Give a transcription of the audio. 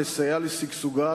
לסייע בשגשוגה,